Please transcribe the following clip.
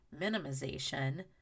minimization